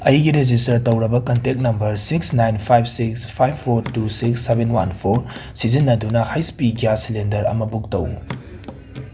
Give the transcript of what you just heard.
ꯑꯩꯒꯤ ꯔꯦꯖꯤꯁꯇꯔ ꯇꯧꯔꯕ contact number six nine five six five four two six seven one four ꯁꯤꯖꯤꯟꯅꯗꯨꯅ H P gas cylinder ꯑꯃ book ꯇꯧ